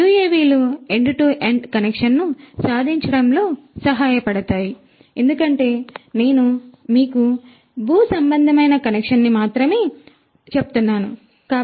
యుఎవిలు end to end కనెక్షన్ను సాధించడంలో సహాయపడతాయి ఎందుకంటే నేను మీకు భూసంబంధమైన కనెక్షన్ని మాత్రమే కాకుండా భూగోళ వైమానికానికి వైమానిక నుండి భూసంబంధమైన వాటికి కూడా చెప్తున్నాను